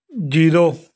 zero